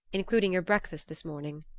including your breakfast this morning,